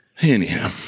anyhow